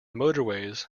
motorways